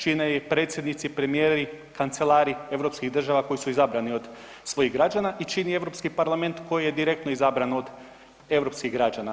Čine ju predsjednici, premijeri, kancelari europskih država koji su izabrani od svojih građana i čini Europski parlament koji je direktno izabran od europskih građana.